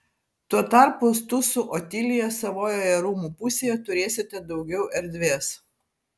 tuo tarpu tu su otilija savojoje rūmų pusėje turėsite daugiau erdvės